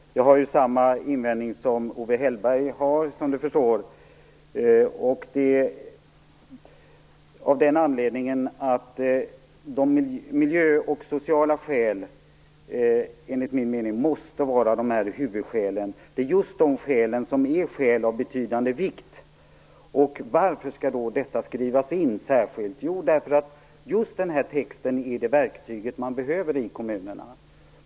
Fru talman! Jag har samma invändning som Owe Hellberg har, som Rune Evensson förstår. Miljöskäl och sociala skäl måste enligt min mening vara huvudskäl. Det är just dessa skäl som är av betydande vikt. Varför skall då detta skrivas in särskilt? Jo, just den här texten är det verktyg man behöver i kommunerna.